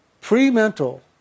pre-mental